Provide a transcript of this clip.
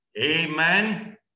Amen